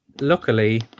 Luckily